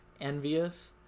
envious